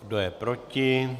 Kdo je proti?